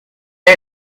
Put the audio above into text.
est